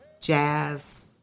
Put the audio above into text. jazz